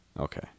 Okay